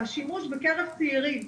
והשימוש בקרב הצעירים,